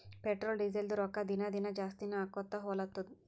petrol, ಡೀಸೆಲ್ದು ರೊಕ್ಕಾ ದಿನಾ ದಿನಾ ಜಾಸ್ತಿನೇ ಆಕೊತ್ತು ಹೊಲತ್ತುದ್